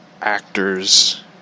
actors